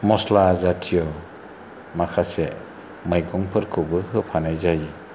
मस्ला जाथिय' माखासे मैगंफोरखौबो होफानाय जायो